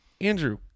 andrew